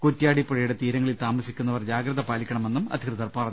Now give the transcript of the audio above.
കുറ്റ്യാടി പുഴയുടെ തീരങ്ങളിൽ താമസിക്കുന്നവർ ജാഗ്രത പാലിക്കണ മെന്നും അധികൃതർ പറഞ്ഞു